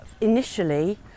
initially